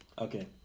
Okay